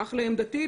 לעמדתי,